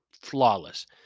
flawless